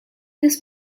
this